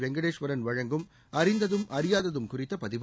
வெங்கடேஸ்வரன் வழங்கும் அறிந்ததும் அறியாததும் குறித்த பதிவு